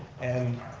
and